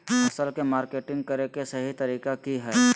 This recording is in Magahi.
फसल के मार्केटिंग करें कि सही तरीका की हय?